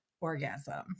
orgasm